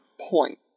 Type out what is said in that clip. point